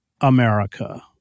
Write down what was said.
America